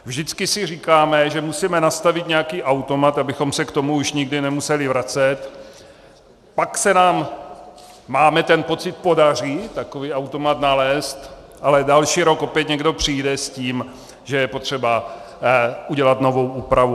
Vždycky si říkáme, že musíme nastavit nějaký automat, abychom se k tomu už nikdy nemuseli vracet, pak se nám, máme ten pocit, podaří takový automat nalézt, ale další rok opět někdo přijde s tím, že je potřeba udělat novou úpravu.